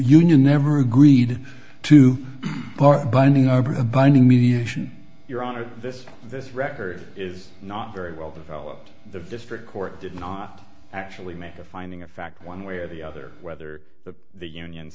union never agreed to part binding over a binding mediation your honor this this record is not very well developed the district court did not actually make a finding of fact one way or the other whether the the union